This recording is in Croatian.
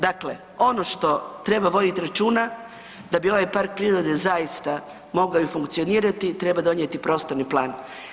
Dakle, ono što treba voditi računa, da bi ovaj park prirode zaista mogao i funkcionirati, treba donijeti prostorni plan.